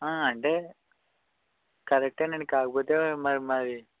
ఆ అంటే కరెక్ట్ అండి కాకపోతే మరి మాది